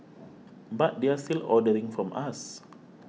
but they're still ordering from us